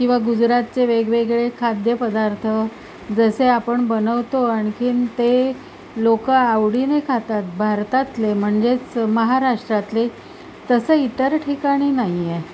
किंवा गुजरातचे वेगवेगळे खाद्यपदार्थ जसे आपण बनवतो आणखीन ते लोकं आवडीने खातात भारतातले म्हणजेच महाराष्ट्रातले तसं इतर ठिकाणी नाहीये